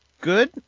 good